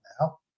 now